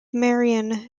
marion